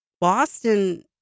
Boston